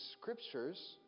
scriptures